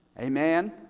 Amen